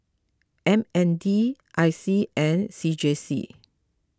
M N D I C and C J C